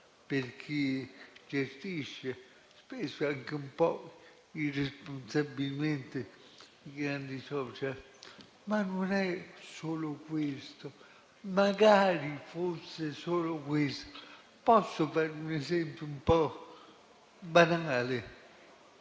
per chi gestisce, spesso anche un po' irresponsabilmente, i grandi *social*. Ma non è solo questo: magari fosse solo questo. Posso fare un esempio un po' banale?